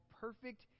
perfect